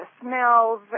smells